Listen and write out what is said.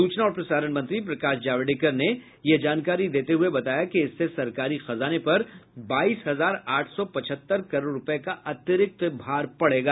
सूचना और प्रसारण मंत्री प्रकाश जावड़ेकर ने यह जानकारी देते हुए बताया कि इससे सरकारी खजाने पर बाईस हजार आठ सौ पचहत्तर करोड़ रूपये का अतिरिक्त भार पड़ेगा